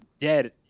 dead